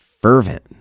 fervent